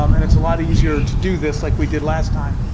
um and it's a lot easier to do this like we did last time.